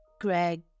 Greg